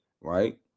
right